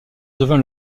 devint